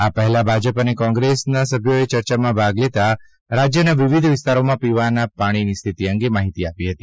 આ પહેલાં ભાજપ અને કોંગ્રેસના સભ્યોએ ચર્ચામાં ભાગ લેતા રાજ્યના વિવિધ વિસ્તારોમાં પીવાના પાણીની સ્થિતિ અંગે માહિતી આપી હતી